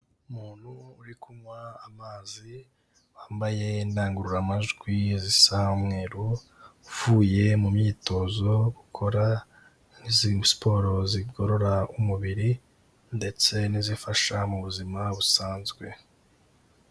Umuntu uri kunywa amazi, wambaye indangururamajwi zisa umweru, uvuye mu myitozo, ukora n'izindi siporo zigorora umubiri ndetse n'izifasha mu buzima busanzwe.